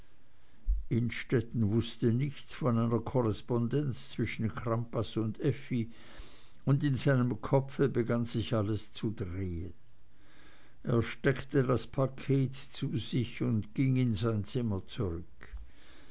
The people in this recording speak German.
innstetten wußte nichts von einer korrespondenz zwischen crampas und effi und in seinem kopf begann sich alles zu drehen er steckte das paket zu sich und ging in sein zimmer zurück